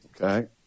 Okay